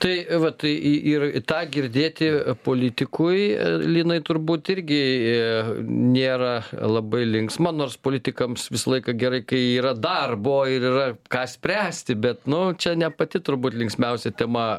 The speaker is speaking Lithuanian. tai vat tai į į ir tą girdėti politikui linai turbūt irgi nėra labai linksma nors politikams visą laiką gerai kai yra darbo ir yra ką spręsti bet nu čia ne pati turbūt linksmiausia tema